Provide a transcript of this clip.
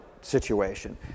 situation